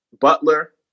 Butler